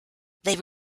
they